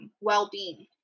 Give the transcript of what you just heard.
well-being